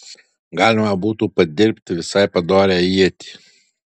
galima būtų padirbti visai padorią ietį